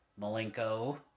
malenko